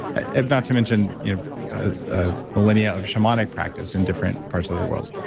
ah not to mention you know a millennia of shamanic practice in different parts of the world.